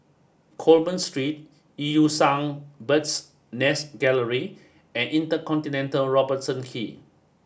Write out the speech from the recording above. Coleman Street Eu Yan Sang Bird's Nest Gallery and Inter Continental Robertson Quay